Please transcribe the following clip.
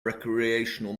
recreational